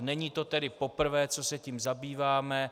Není to tedy poprvé, co se tím zabýváme.